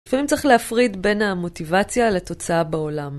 לפעמים צריך להפריד בין המוטיבציה לתוצאה בעולם.